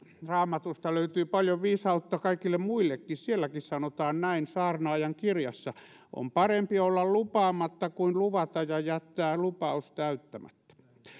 raamatusta löytyy paljon viisautta kaikille muillekin raamatussakin sanotaan näin saarnaajan kirjassa on parempi olla lupaamatta kuin luvata ja jättää lupaus täyttämättä